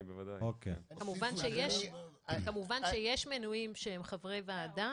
כמובן שיש מינויים שהם חברי ועדה,